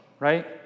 Right